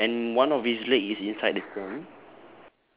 ya and one of its leg is inside the sand